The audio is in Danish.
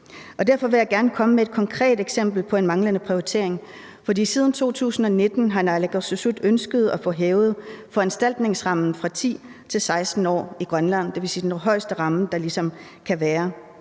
Derfor vil jeg gerne komme med et konkret eksempel på en manglende prioritering. Siden 2019 har naalakkersuisut ønsket at få hævet foranstaltningsrammen fra 10 år til 16 år i Grønland, dvs. den højeste ramme, der ligesom kan være.